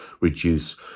reduce